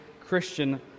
Christian